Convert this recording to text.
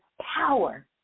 Power